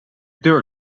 deur